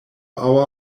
hour